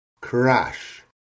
crash